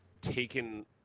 taken